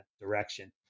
direction